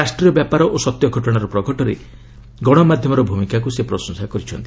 ରାଷ୍ଟ୍ରୀୟ ବ୍ୟାପାର ଓ ସତ୍ୟ ଘଟଣାର ପ୍ରଘଟରେ ଗଣମାଧ୍ୟମର ଭୂମିକାକୁ ସେ ପ୍ରଶଂସା କରିଛନ୍ତି